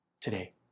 today